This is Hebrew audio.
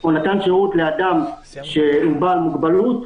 או נתן שירות לאדם שהוא בעל מוגבלות,